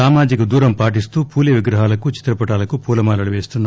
సామాజిక దూరం పాటిస్తూ పూలే విగ్రహాలకు చిత్రపటాలకు పూలమాలలు వేస్తున్నారు